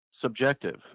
subjective